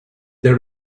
there